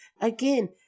Again